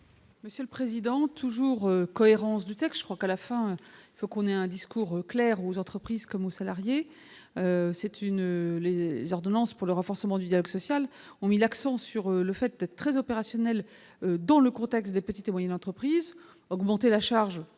Monsieur le Président, toujours cohérence du texte, je crois qu'à la fin, il faut qu'on ait un discours clair aux entreprises comme aux salariés, c'est une les ordonnances pour le renforcement du dialogue social, ont mis l'accent sur le fait très opérationnel, dans le contexte des petites et moyennes entreprises augmenter la charge